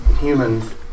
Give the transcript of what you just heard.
humans